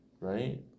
Right